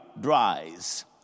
dries